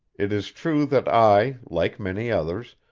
it is true that i, like many others,